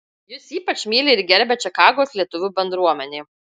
jus ypač myli ir gerbia čikagos lietuvių bendruomenė